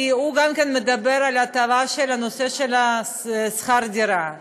כי הוא גם מדבר על ההטבה בנושא של שכר הדירה,